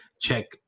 check